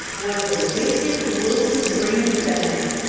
was the wicked-looking green thing.